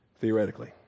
theoretically